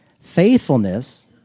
Faithfulness